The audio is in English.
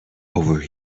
over